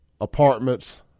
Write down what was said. apartments